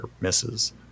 misses